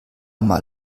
mal